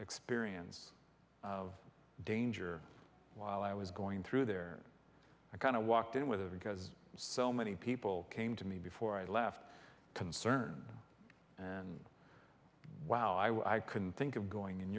experience of danger while i was going through there i kind of walked in with it because so many people came to me before i left concern and wow i wish i couldn't think of going